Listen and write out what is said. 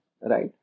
right